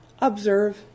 observe